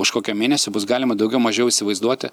už kokio mėnesio bus galima daugiau mažiau įsivaizduoti